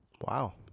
Wow